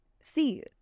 see